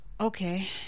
Okay